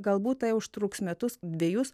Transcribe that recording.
galbūt tai užtruks metus dvejus